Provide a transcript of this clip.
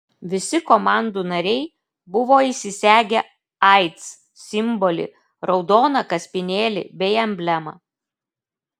visi komandų nariai buvo įsisegę aids simbolį raudoną kaspinėlį bei emblemą